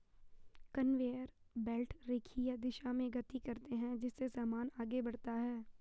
conveyor belt रेखीय दिशा में गति करते हैं जिससे सामान आगे बढ़ता है